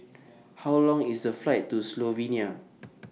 How Long IS The Flight to Slovenia